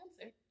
answer